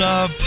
up